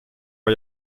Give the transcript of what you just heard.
vor